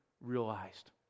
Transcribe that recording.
realized